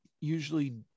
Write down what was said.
usually